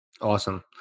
Awesome